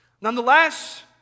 Nonetheless